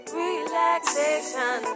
relaxation